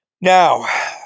Now